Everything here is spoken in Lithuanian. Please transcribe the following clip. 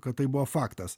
kad tai buvo faktas